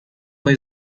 fue